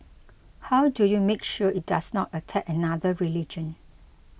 how do you make sure it does not attack another religion